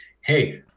hey